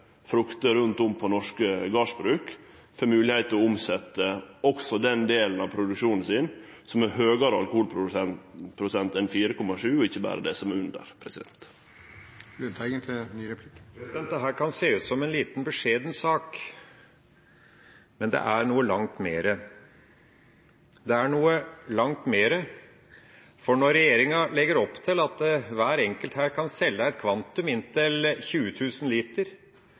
frukter rundt om på norske gardsbruk, får moglegheita til å omsetje også den delen av produksjonen sin som har høgare alkoholprosent enn 4,7, og ikkje berre det som er under. Dette kan se ut som en liten, beskjeden sak, men det er noe langt mer. Det er noe langt mer, for når regjeringa legger opp til at hver enkelt her kan selge et kvantum på inntil 20 000 liter,